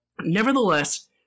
nevertheless